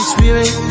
Spirit